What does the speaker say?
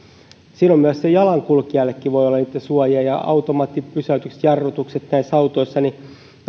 silloin myös jalankulkijallekin voi olla suojaa kun on automaattipysäytykset ja jarrutukset näissä autoissa